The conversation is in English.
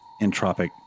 entropic